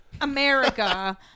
America